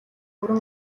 бүрэн